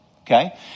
Okay